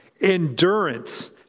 Endurance